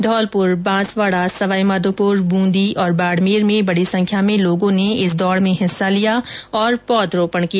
धौलपुर बांसवाड सवाईमाधोपुर ब्रंदी और बाड़मेर बड़ी संख्या में लोगों ने इस दौड़ में हिस्सा लिया और पौध रोपण किया